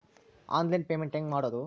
Online payment ಹೆಂಗ್ ಮಾಡೋದು?